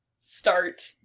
start